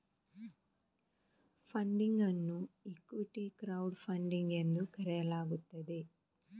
funding ಅನ್ನು equity crowd funding ಎಂದು ಕರೆಯಲಾಗುತ್ತದೆ